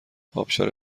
آبشار